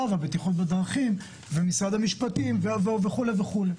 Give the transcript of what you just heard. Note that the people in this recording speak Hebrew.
והבטיחות בדרכים ומשרד המשפטים וכו' וכו'.